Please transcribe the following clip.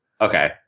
Okay